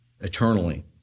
eternally